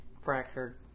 Fractured